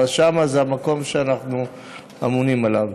אבל שם זה המקום שאנחנו אמונים עליו.